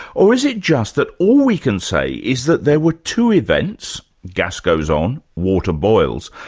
or is it just that all we can say is that there were two events gas goes on, water boils,